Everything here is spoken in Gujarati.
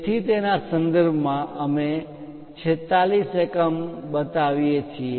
તેથી તેના સંદર્ભમાં અમે 46 એકમ બતાવીએ છીએ